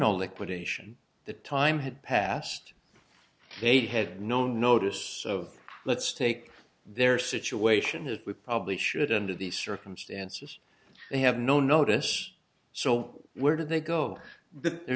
a liquidation the time had passed they had no notice of let's take their situation if we probably should and of these circumstances they have no notice so where do they go th